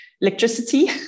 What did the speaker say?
electricity